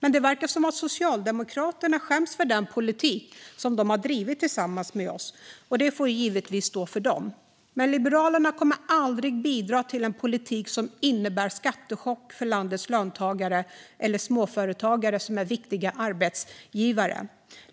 Men det verkar som att Socialdemokraterna skäms för den politik de har drivit tillsammans med oss. Det får givetvis stå för dem, men Liberalerna kommer aldrig att bidra till en politik som innebär en skattechock för landets löntagare eller småföretagare, som är viktiga arbetsgivare.